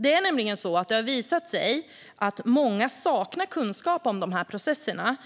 Det har nämligen visat sig att många saknar kunskap om de här processerna, om